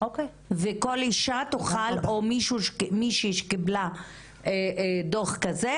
וכל אישה תוכל או מישהי שקיבלה דוח כזה